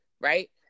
Right